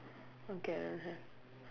okay I don't have